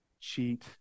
cheat